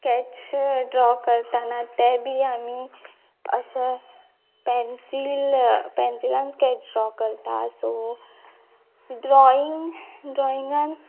sketch draw करतना ते बी आमी अशे पेन्सील पेन्सिलान स्कॅच ड्रॉ करता सो ड्रॉईंग ड्रॉइंगान